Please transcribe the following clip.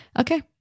okay